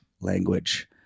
language